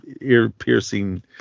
ear-piercing